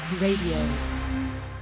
Radio